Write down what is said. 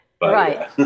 Right